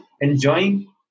enjoying